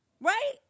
Right